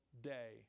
day